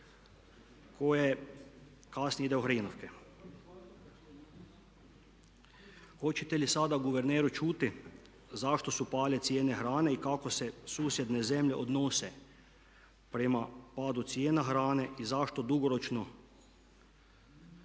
koja kasnije ide u hrenovke. Hoćete li sada guverneru čuti zašto su pale cijene hrane i kako se susjedne zemlje odnose prema padu cijena hrane i zašto dugoročno